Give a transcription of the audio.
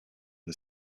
the